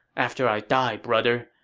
after i die, brother,